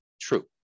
true